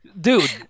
dude